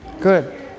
good